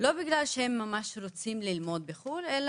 לא בגלל שהם ממש רוצים ללמוד בחוץ לארץ,